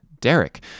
Derek